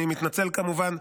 אני מתנצל כמובן,